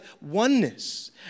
oneness